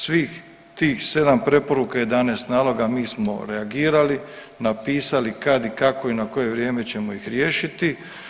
Svih tih 7 preporuka i 11 naloga mi smo reagirali, napisali kad i kako i na koje vrijeme ćemo ih riješiti.